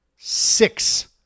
Six